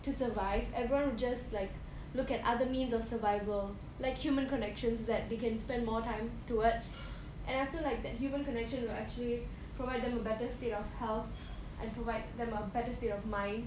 to survive everyone just like look at other means of survival like human connections that we can spend more time towards and I feel like that human connection will actually provide them a better state of health and provide them a better state of mind